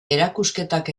erakusketak